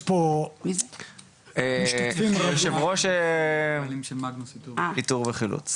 יושב ראש מגנוס איתור וחילוץ.